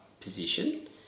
position